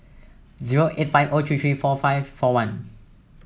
zero eight five O three three four five four one